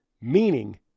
Meaning